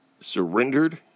surrendered